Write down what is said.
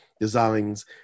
designs